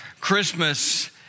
Christmas